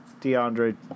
deandre